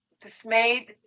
dismayed